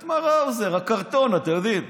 את מר האוזר, הקרטון, אתה יודעים,